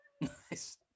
Nice